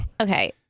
Okay